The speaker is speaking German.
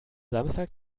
samstag